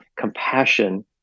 compassion